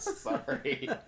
Sorry